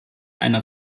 eine